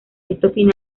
esto